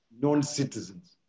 non-citizens